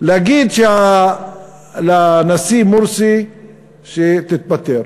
להגיד לנשיא מורסי שיתפטר.